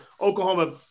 Oklahoma